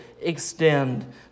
extend